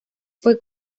fue